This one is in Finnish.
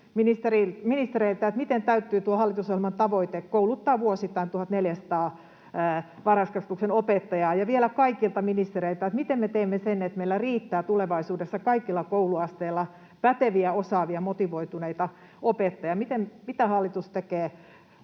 ministereiltä: miten täyttyy tuo hallitusohjelman tavoite kouluttaa vuosittain 1 400 varhaiskasvatuksen opettajaa? Ja vielä kaikilta ministereitä: Miten me teemme sen, että meillä riittää tulevaisuudessa kaikilla kouluasteilla päteviä, osaavia ja motivoituneita opettajia? Mitä hallitus tekee